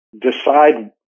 decide